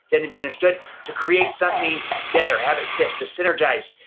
then to be understood to create something better. habit six, to synergize.